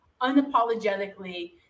unapologetically